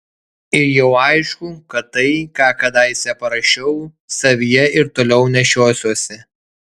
ir jau aišku kad tai ką kadaise parašiau savyje ir toliau nešiosiuosi